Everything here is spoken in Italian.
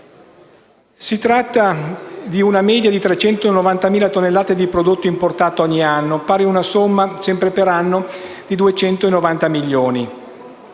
Si tratta di una media di 390.000 tonnellate di prodotto importato ogni anno, pari ad una somma, sempre per anno, di 290 milioni